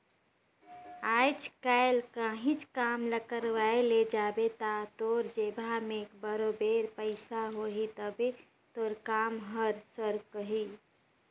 आएज काएल काहींच काम ल करवाए ले जाबे ता तोर जेबहा में बरोबेर पइसा होही तबे तोर काम हर सरकही